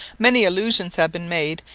many allusions have been made,